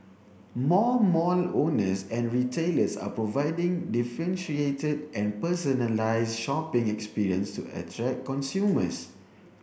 more mall owners and retailers are providing differentiated and personalised shopping experience to attract consumers